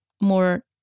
more